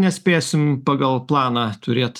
nespėsim pagal planą turėt